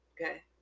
okay